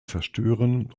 zerstören